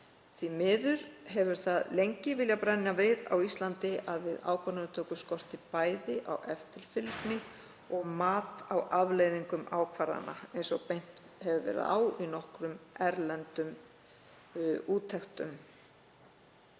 Því miður hefur það lengi viljað brenna við á Íslandi að við ákvarðanatöku skortir bæði á eftirfylgni og mat á afleiðingum ákvarðana eins og bent hefur verið á í nokkrum erlendum úttektum.“